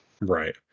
right